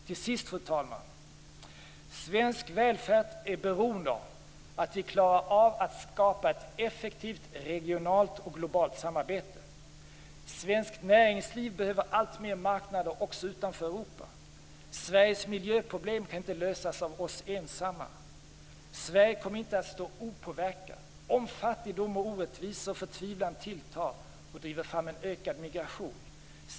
Till sist, fru talman! Svensk välfärd är beroende av att vi klarar av att skapa ett effektivt regionalt och globalt samarbete. Svenskt näringsliv behöver alltmer marknaderna också utanför Europa. Sveriges miljöproblem kan inte lösas av oss ensamma. Sverige kommer inte att stå opåverkat om fattigdom, orättvisor och förtvivlan tilltar och driver fram en ökad migration.